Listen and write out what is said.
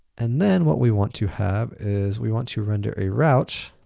and then, what we want to have is we want to render a route